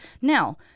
Now